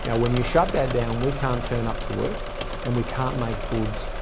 and when you shut that down, we can't turn up to work and we can't make goods.